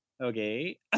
okay